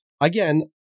Again